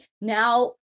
now